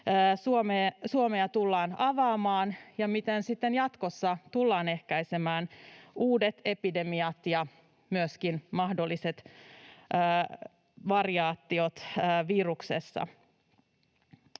Suomea tullaan avaamaan ja miten sitten jatkossa tullaan ehkäisemään uudet epidemiat ja myöskin mahdolliset variaatiot viruksesta.